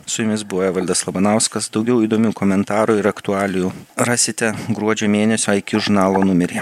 su jumis buvo evaldas labanauskas daugiau įdomių komentarų ir aktualijų rasite gruodžio mėnesio aikiū žurnalo numeryje